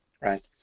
Right